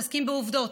מתעסקים בעובדות.